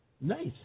Nice